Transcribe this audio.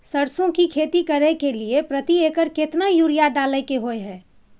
सरसो की खेती करे के लिये प्रति एकर केतना यूरिया डालय के होय हय?